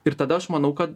ir tada aš manau kad